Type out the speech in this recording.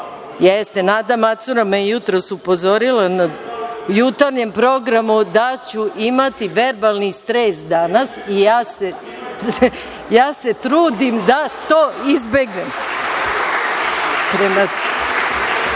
radimo. Nada Macura me je jutros upozorila na jutarnjem programu da ću imati verbalni stres danas i ja se trudim da to izbegnem,